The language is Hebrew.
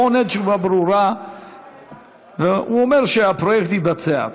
הוא ענה תשובה ברורה והוא אומר שהפרויקט יתבצע.